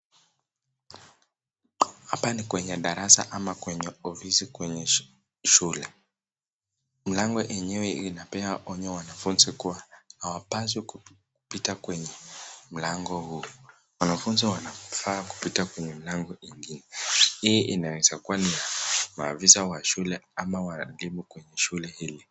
Hapa ni kwenye darasa ama kwenye ofisi shule. Mlango yenyewe inapea wanafunzi onyo kuwa hawapaswi kupita kwenye mlango huo, wanafunzi wanafaa kupita kwenye mlango mwingine. hii inaeza kuwa ya waafisa wa shule ama walimu kwenye shule hii.